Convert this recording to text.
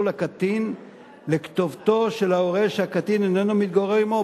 לקטין לכתובתו של ההורה שהקטין איננו מתגורר עמו,